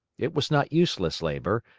it was not useless labor,